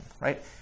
right